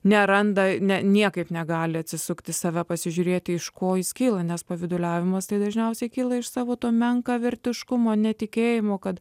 neranda ne niekaip negali atsisukti į save pasižiūrėti iš ko jis kyla nes pavyduliavimas tai dažniausiai kyla iš savo to menkavertiškumo netikėjimo kad